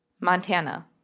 Montana